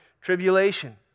tribulation